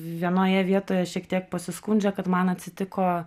vienoje vietoje šiek tiek pasiskundžia kad man atsitiko